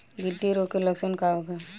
गिल्टी रोग के लक्षण का होखे?